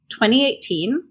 2018